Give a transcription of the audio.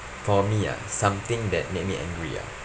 for me ah something that made me angry ah